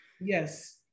Yes